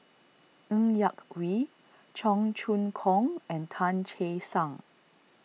Ng Yak Whee Cheong Choong Kong and Tan Che Sang